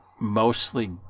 mostly